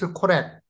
correct